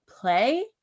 play